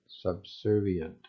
subservient